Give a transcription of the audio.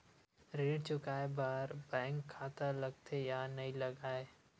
ऋण चुकाए बार बैंक खाता लगथे या नहीं लगाए?